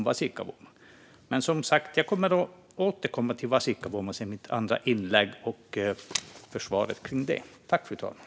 Jag kommer som sagt att återkomma till Vasikkavuoma och försvaret av den i mitt andra inlägg.